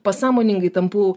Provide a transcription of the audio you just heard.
pasąmoningai tampu